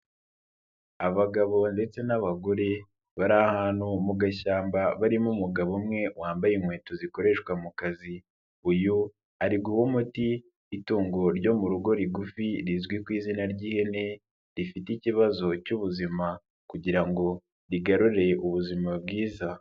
Abagabo ndetse n'abagore bari ahantu mu gashyamba, barimo umugabo umwe wambaye inkweto zikoreshwa mu kazi, uyu ari guha umuti itungo ryo mu rugo rigufi rizwi ku izina ry'ihene, rifite ikibazo cy'ubuzima kugira ngo rigarurire ubuzima bwiza.